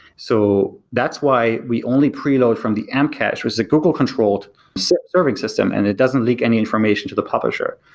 so that's why we only preload from the ah mcache, which is a google-controlled serving system and it doesn't leak any information to the publisher.